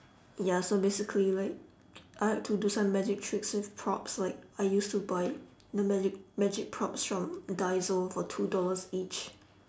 ya so basically like I like to do some magic trick with props like I used to buy the magic magic props from daiso for two dollars each